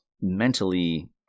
mentally